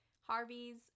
Harvey's